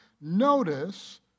Notice